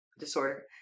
Disorder